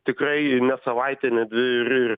tikrai ne savaitę ne ir ir